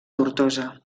tortosa